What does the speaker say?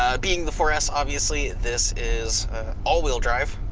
ah being the four s obviously, this is all wheel drive,